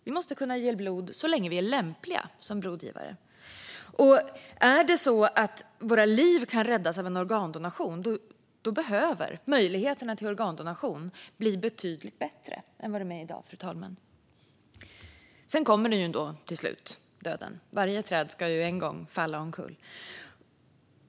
Man måste kunna ge blod så länge man är lämplig som blodgivare. Och kan våra liv räddas av en organdonation behöver möjligheten till organdonation bli betydligt bättre än vad den är i dag, fru talman. Sedan kommer ändå döden till slut. Varje träd ska en gång falla omkull.